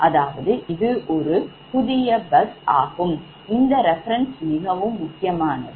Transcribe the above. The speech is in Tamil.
அதாவது இது ஒரு புதிய bus ஆகும் இந்த reference மிகவும் முக்கியமானது